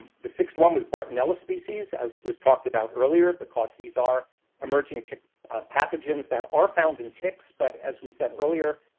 the sixth one was bartonella species, as we've talked about earlier, because these are emerging tick pathogens that are found in ticks, but, as we said earlier,